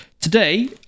Today